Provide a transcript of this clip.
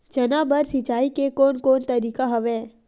चना बर सिंचाई के कोन कोन तरीका हवय?